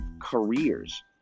careers